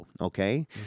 okay